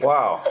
Wow